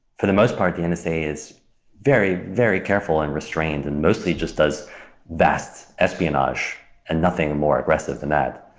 for the most part, the and nsa is very, very careful and restrained, and mostly just does vast espionage and nothing more aggressive than that.